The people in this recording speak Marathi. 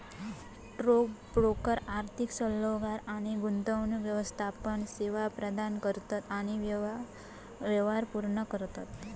स्टॉक ब्रोकर आर्थिक सल्लोगार आणि गुंतवणूक व्यवस्थापन सेवा प्रदान करतत आणि व्यवहार पूर्ण करतत